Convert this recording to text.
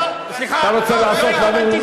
לא שר